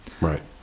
Right